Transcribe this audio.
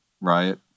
riot